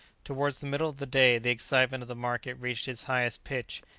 towards the middle of the day the excitement of the market reached its highest pitch,